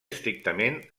estrictament